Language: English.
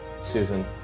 Susan